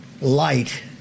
light